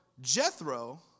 Jethro